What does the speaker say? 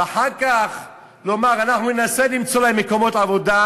ואחר כך לומר: ננסה למצוא להם מקומות עבודה,